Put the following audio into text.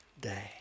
day